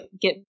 get